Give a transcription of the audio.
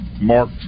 Mark